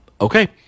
okay